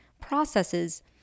processes